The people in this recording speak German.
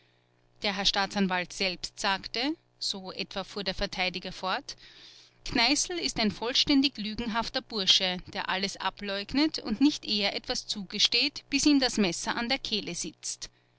der herr staatsanwalt selbst sagte so etwa fuhr der verteidiger fort kneißl ist ein vollständig lügenhafter bursche der alles ableugnet und nicht eher etwas zugesteht bis ihm das messer an der kehle sitzt